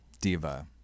Diva